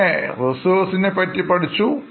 പിന്നെന് Reservesനെപ്പറ്റി പഠിച്ചു